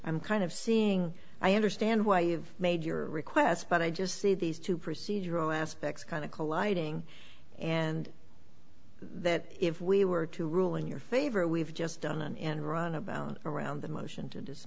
i'm kind of seeing i understand why you've made your request but i just see these two procedural aspects kind of colliding and if we were to rule in your favor we've just done an enron about around the motion